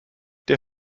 der